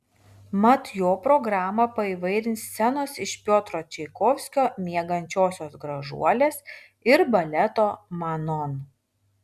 mat jo programą paįvairins scenos iš piotro čaikovskio miegančiosios gražuolės ir baleto manon